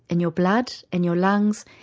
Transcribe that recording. and your blood, in your lungs,